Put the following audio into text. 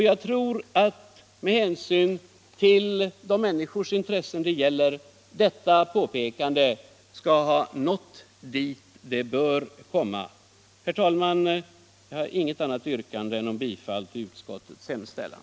Jag tror att detta påpekande - med hänsyn till de människor det gäller — har nått dem det bör nå. Herr talman! Jag har inget annat yrkande än om bifall till utskottets hemställan.